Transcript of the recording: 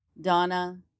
Donna